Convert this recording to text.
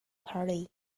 party